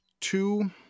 two